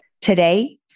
Today